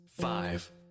Five